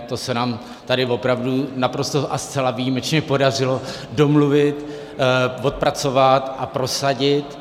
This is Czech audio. To se nám tady opravdu naprosto a zcela výjimečně podařilo domluvit, odpracovat a prosadit.